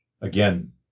again